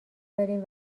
داریم